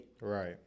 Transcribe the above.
Right